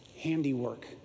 handiwork